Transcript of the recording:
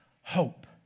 hope